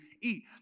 eat